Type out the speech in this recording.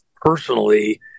personally